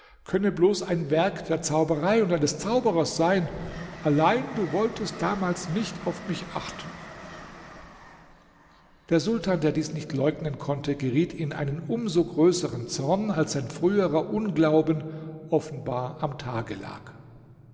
könne bloß ein werk der zauberei und eines zauberers sein allein du wolltest damals nicht auf mich achten der sultan der dies nicht leugnen konnte geriet in einen um so größeren zorn als sein früherer unglauben offenbar am tage lag